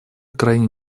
крайне